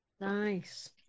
Nice